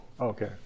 Okay